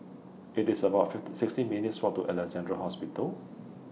IT IS about sixteen minutes' Walk to Alexandra Hospital